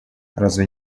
разве